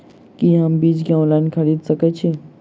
की हम बीज केँ ऑनलाइन खरीदै सकैत छी?